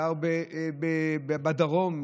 גר בדרום,